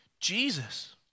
Jesus